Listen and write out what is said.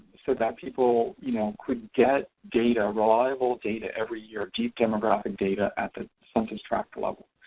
so that people you know could get data, reliable data, every year, deep demographic data, at the census tract level.